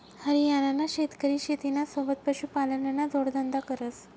हरियाणाना शेतकरी शेतीना सोबत पशुपालनना जोडधंदा करस